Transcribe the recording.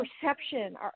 perception